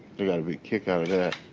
they got a big kick out of that.